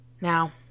Now